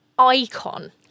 Icon